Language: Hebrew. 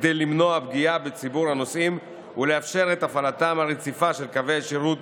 כדי למנוע פגיעה בציבור הנוסעים ולאפשר את הפעלתם הרציפה של קווי השירות